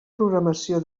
programació